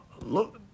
look